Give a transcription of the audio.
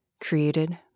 Created